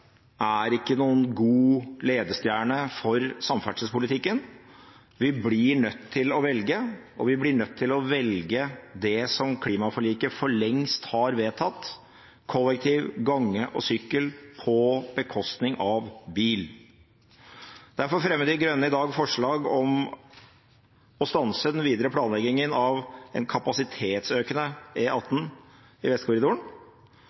ikke er noen god ledestjerne for samferdselspolitikken. Vi blir nødt til å velge, og vi blir nødt til å velge det som klimaforliket for lengst har vedtatt: kollektivtransport, gange og sykkel på bekostning av bil. Derfor fremmer De Grønne i dag forslag om å stanse den videre planleggingen av en kapasitetsøkende E18 i Vestkorridoren.